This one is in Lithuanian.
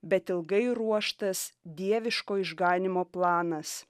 bet ilgai ruoštas dieviško išganymo planas